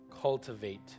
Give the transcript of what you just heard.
cultivate